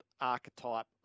archetype